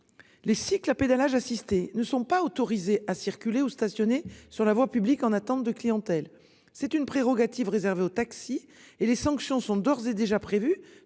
les cycles à pédalage assisté ne sont pas autorisés à circuler ou stationner sur la voie publique en attente de clientèle. C'est une prérogative réservée aux taxis et les sanctions sont d'ores et déjà prévu